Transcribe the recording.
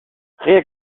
rien